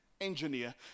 engineer